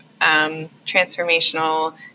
transformational